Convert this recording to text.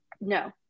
No